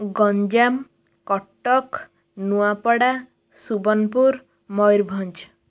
Ganjam Cuttack Nuapada Subarnapur Mayurbhanj